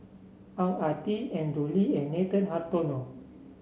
Ang Ah Tee Andrew Lee and Nathan Hartono